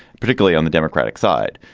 particularly on the democratic side.